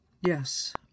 Yes